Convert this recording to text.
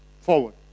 forward